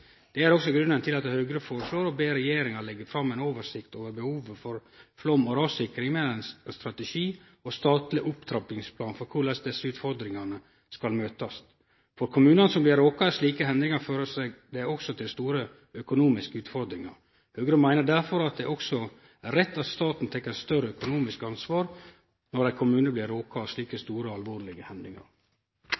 Det er også grunnen til at Høgre foreslår å be regjeringa leggje fram ei oversikt over behovet for flom- og rassikring, med ein strategi og statleg opptrappingsplan for korleis desse utfordringane skal møtast. For kommunar som blir råka av slik hendingar, fører det også til store økonomiske utfordringar. Høgre meiner derfor at det også er rett at staten tek eit større økonomisk ansvar når ein kommune blir råka av slike